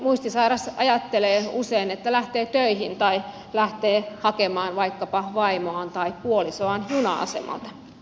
muistisairas ajattelee usein että lähtee töihin tai lähtee hakemaan vaikkapa vaimoaan tai puolisoaan juna asemalta